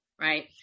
right